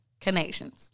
Connections